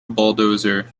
bulldozer